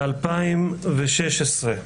ב- 2016,